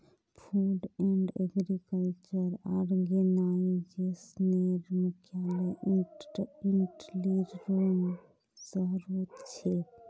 food and agriculture आर्गेनाईजेशनेर मुख्यालय इटलीर रोम शहरोत छे